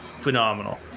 phenomenal